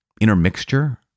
intermixture